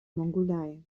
mongolei